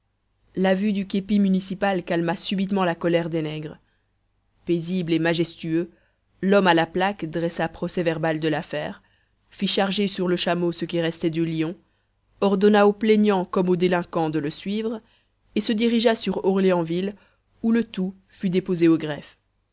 la vue du képi municipal calma subitement la colère des nègres paisible et majestueux l'homme à la plaque dressa procès-verbal de l'affaire fit charger sur le chameau ce qui restait du lion ordonna aux plaignants comme au délinquant de le suivre et se dirigea sur orléansville où le tout fut déposé au greffe